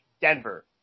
Denver